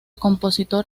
compositor